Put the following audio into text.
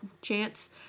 chance